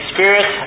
Spirit